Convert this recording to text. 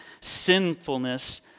sinfulness